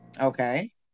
Okay